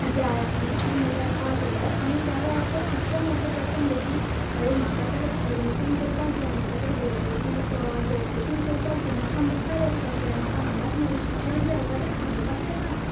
जाय आसलीं ती म्हळ्यार पांच हजार आनी त्या वेळाचेर इतलो मोटो प्रसंग की अरे म्हाका तर एडमिशन करपाक जाय म्हाका तर ग्रेज्युएशन ग्रेज्युएशन करपाक जाय म्हाका मुखार वचपाक जाय म्हाका हांगाच म्हजे जे शिक्षण आसा तें थांबोवपाचें ना